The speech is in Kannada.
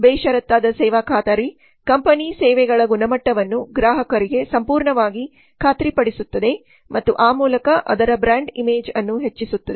ಬೇಷರತ್ತಾದ ಸೇವಾ ಖಾತರಿ ಕಂಪನಿಯ ಸೇವೆಗಳ ಗುಣಮಟ್ಟವನ್ನು ಗ್ರಾಹಕರಿಗೆ ಸಂಪೂರ್ಣವಾಗಿ ಖಾತ್ರಿಪಡಿಸುತ್ತದೆ ಮತ್ತು ಆ ಮೂಲಕ ಅದರ ಬ್ರಾಂಡ್ ಇಮೇಜ್ ಅನ್ನು ಹೆಚ್ಚಿಸುತ್ತದೆ